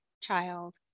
child